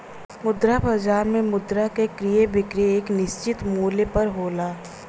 मुद्रा बाजार में मुद्रा क क्रय विक्रय एक निश्चित मूल्य पर होला